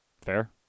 Fair